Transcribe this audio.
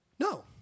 no